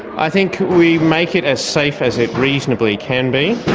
i think we make it as safe as it reasonably can be.